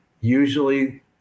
Usually